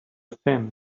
sands